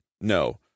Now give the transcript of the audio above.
no